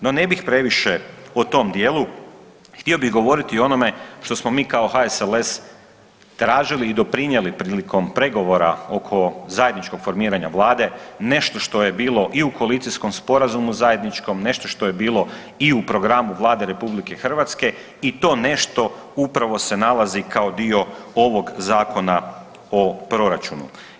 No ne bih previše o tom djelu, htio bih govoriti o onome što smo kao HSLS tražili i doprinijeli prilikom pregovora oko zajedničkog formiranja Vlade, nešto što je bilo i u koalicijskom sporazumu zajedničkom, nešto što je bilo i u programu Vlade RH i to nešto upravo se nalazi kao dio ovog zakona o proračunu.